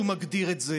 הוא מגדיר את זה,